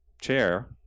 chair